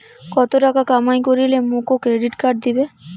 কত টাকা কামাই করিলে মোক ক্রেডিট কার্ড দিবে?